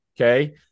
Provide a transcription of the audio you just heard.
okay